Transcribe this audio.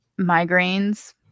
migraines